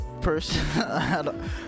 person